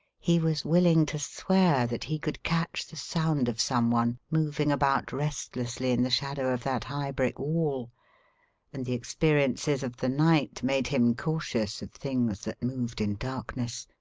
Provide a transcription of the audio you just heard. he was willing to swear that he could catch the sound of some one moving about restlessly in the shadow of that high, brick wall and the experiences of the night made him cautious of things that moved in darkness.